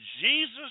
Jesus